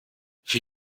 für